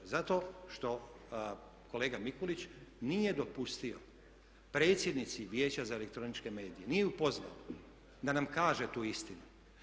Zato što kolega Mikulić nije dopustio predsjednici Vijeća za elektroničke medije, nije ju pozvao da nam kaže tu istinu.